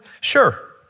Sure